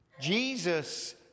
Jesus